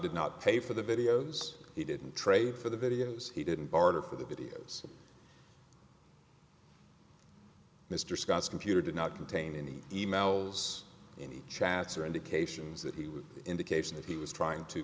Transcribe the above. did not pay for the videos he didn't trade for the videos he didn't barter for the videos mr scott's computer did not contain any e mails in chats or indications that he was indication that he was trying to